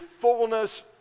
fullness